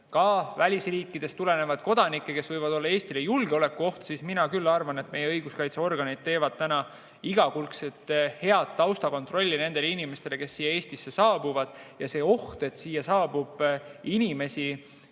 välisriikidest tulevate kodanike kohta, kes võivad olla Eestile julgeolekuoht, siis mina küll arvan, et meie õiguskaitseorganid teevad täna igakülgset head taustakontrolli nendele inimestele, kes Eestisse saabuvad. See oht, et siia saabub inimesi,